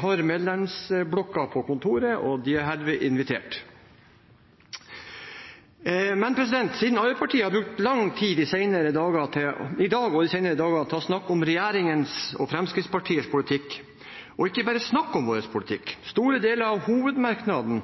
har medlemsblokka på kontoret, og de er herved invitert. Men siden Arbeiderpartiet har brukt lang tid i dag og de senere dagene til å snakke om regjeringens og Fremskrittspartiets politikk – ikke bare snakke om vår politikk, store deler av hovedmerknaden